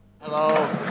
Hello